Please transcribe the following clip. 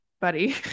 buddy